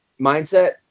mindset